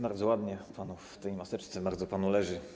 Bardzo ładnie panu w tej maseczce, bardzo panu leży.